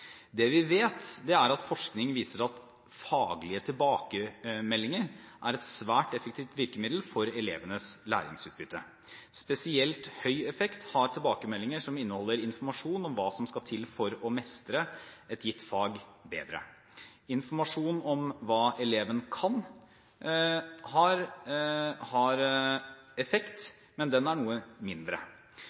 Det vi vet, er at forskning viser at faglige tilbakemeldinger er et svært effektivt virkemiddel for elevenes læringsutbytte. Spesielt høy effekt har tilbakemeldinger som inneholder informasjon om hva som skal til for å mestre et gitt fag bedre. Informasjon om hva eleven kan, har effekt, men den er noe mindre.